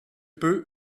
peu